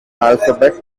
alphabet